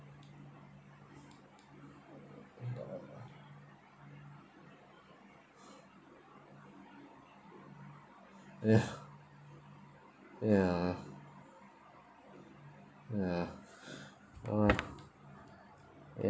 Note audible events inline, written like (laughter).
ya (breath) ya ya (breath) uh ya